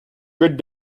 good